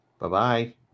Bye-bye